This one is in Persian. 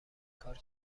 کار